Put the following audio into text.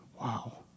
Wow